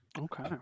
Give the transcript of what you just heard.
okay